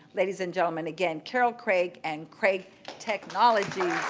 ladies and gentlemen, again, carol craig and craig technologies.